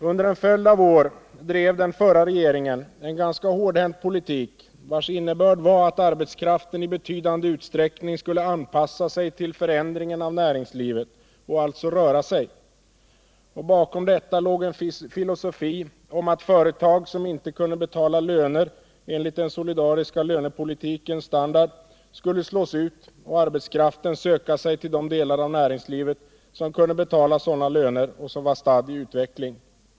Under en följd av år drev den förra regeringen en ganska hårdhänt politik, vars innebörd var att arbetskraften i betydande utsträckning skulle anpassa sig till förändringen av näringslivet och alltså röra sig. Bakom detta låg en filosofi om att företag som inte kunde betala löner enligt den solidariska lönepolitikens standard skulle slås ut och arbetskraften söka sig till de delar av näringslivet som kunde betala sådana löner och som var stadda i utveckling.